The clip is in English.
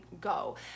go